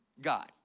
God